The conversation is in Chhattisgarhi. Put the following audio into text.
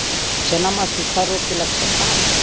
चना म सुखा रोग के लक्षण का हे?